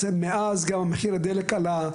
מאז גם מחיר הדלק עלה,